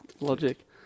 Logic